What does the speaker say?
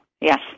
Yes